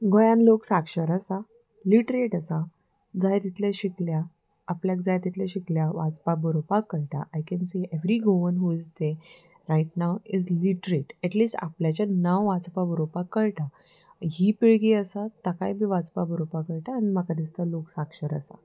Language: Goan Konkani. गोंयान लोक साक्षर आसा लिटरेट आसा जाय तितले शिकल्या आपल्याक जाय तितले शिकल्या वाचपाक बरोवपाक कळटा I can say every Goan who is ते right now is literate at least आपल्याचें नांव वाचपाक बरोवपाक कळटा ही पिळगी आसा ताकाय बी वाचपा बरोवपाक कळटा आनी म्हाका दिसता लोक साक्षर आसा